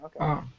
okay